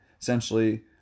Essentially